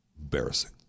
Embarrassing